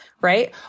right